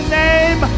name